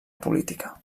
política